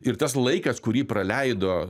ir tas laikas kurį praleido